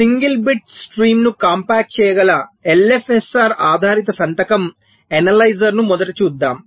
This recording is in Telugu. సింగిల్ బిట్ స్ట్రీమ్ను కాంపాక్ట్ చేయగల LFSR ఆధారిత సంతకం ఎనలైజర్ను మొదట చూద్దాం